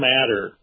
Matter